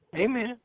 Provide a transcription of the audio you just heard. Amen